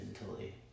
mentally